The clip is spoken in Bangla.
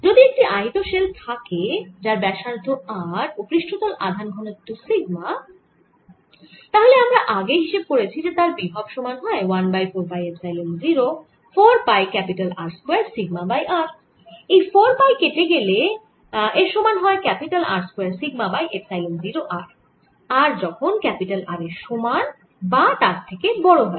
যদি একটি আহিত শেল থাকে যার ব্যাসার্ধ r ও পৃষ্ঠতল আধান ঘনত্ব সিগমা তাহলে আমরা আগেই হিসেব করেছি যে তার বিভব সমান হয় 1 by 4 pi epsilon 0 4 pi R square sigma by r এই 4 পাই কেটে গেলে এর সমান হয় R square sigma by epsilon 0 r r যখন ক্যাপিটাল R এর সমান বা তার থেকে বড় হয়